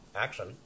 action